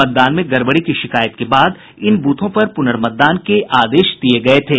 मतदान में गड़बड़ी की शिकायत के बाद इन ब्रथों पर पुनर्मतदान के आदेश दिये गये थे